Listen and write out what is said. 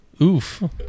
oof